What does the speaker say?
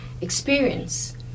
experience